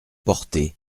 porté